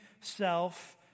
self